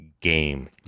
game